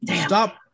Stop